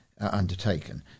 undertaken